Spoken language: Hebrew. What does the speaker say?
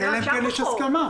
אלא אם כן, יש הסכמה.